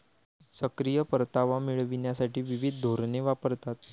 सक्रिय परतावा मिळविण्यासाठी विविध धोरणे वापरतात